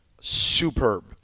superb